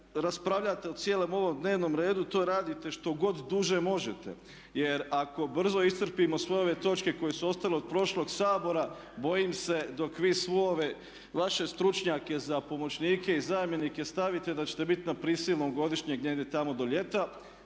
raspravljate o cijelom ovom dnevnom redu to radite što god duže možete. Jer ako brzo iscrpimo sve ove točke koje su ostale od prošlog Sabora bojim se dok vi sve ove vaše stručnjake za pomoćnike i zamjenike stavite da ćete biti na prisilnom godišnjem negdje tamo do ljeta